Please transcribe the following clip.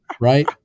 right